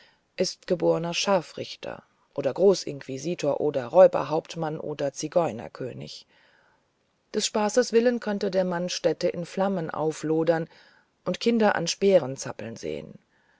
ist geborner scharfrichter oder großinquisitor oder räuberhauptmann oder zigeunerkönig des spaßes willen könnte der mann städte in flammen auflodern und kinder an speeren zappeln sehen